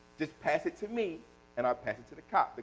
just pass it to me and i'll pass it to the cop.